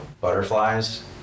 butterflies